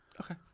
Okay